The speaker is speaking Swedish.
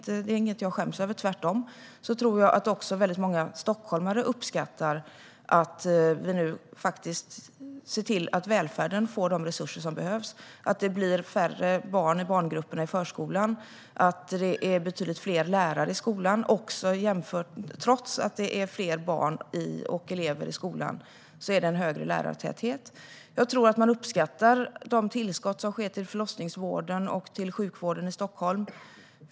Det är inget jag skäms över; tvärtom tror jag att många stockholmare uppskattar att vi nu ser till att välfärden får de resurser som behövs, att det blir färre barn i barngrupperna i förskolan och att det är betydligt fler lärare i skolan. Trots att det är fler elever i skolan är det högre lärartäthet. Jag tror att man uppskattar de tillskott som görs till förlossningsvården och sjukvården i Stockholm.